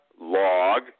log